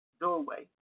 doorway